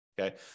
okay